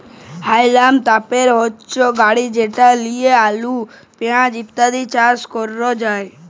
হাউলম তপের হচ্যে গাড়ি যেট লিয়ে আলু, পেঁয়াজ ইত্যাদি চাস ক্যরাক যায়